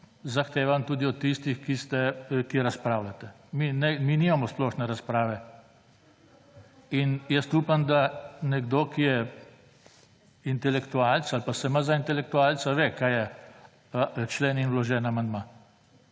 zahtevam tudi od tistih, ki razpravljate. Mi imamo splošne razprave in jaz upam, da nekdo, ki je intelektualec ali pa se ima za intelektualca ve kaj je člen in vložen amandma.